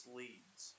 leads